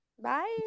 Bye